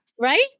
Right